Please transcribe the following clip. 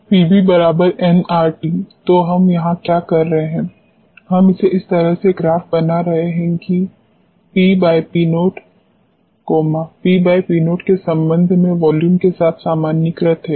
तो यहाँ हम क्या कर रहे हैं हम इसे इस तरह से ग्राफ बना रहे हैं कि PP0 PP0 के संबंध में वॉल्यूम के साथ सामान्यीकृत है